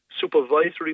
supervisory